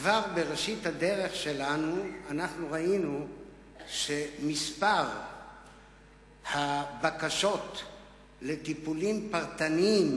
כבר בראשית הדרך שלנו ראינו שמספר הבקשות של גמלאים לטיפול פרטני,